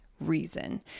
reason